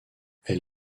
elle